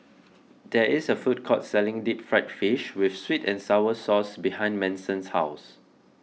there is a food court selling Deep Fried Fish with Sweet and Sour Sauce behind Manson's house